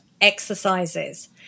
exercises